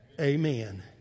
Amen